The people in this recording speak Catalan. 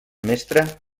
mestre